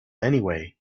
anyway